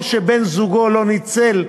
או שבן-זוגו לא ניצל,